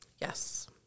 Yes